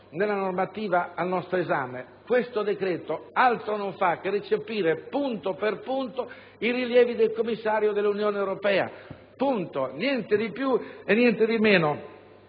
nella normativa al nostro esame: questo decreto altro non fa che recepire punto per punto i rilievi del Commissario dell'Unione europea: niente di più e niente di meno.